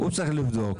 הוא צריך לבדוק,